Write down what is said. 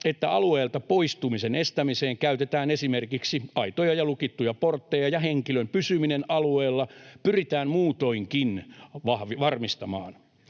että alueelta poistumisen estämiseen käytetään esimerkiksi aitoja ja lukittuja portteja ja henkilön pysyminen alueella pyritään muutoinkin varmistamaan.